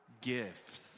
Gifts